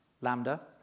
Lambda